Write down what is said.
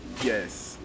Yes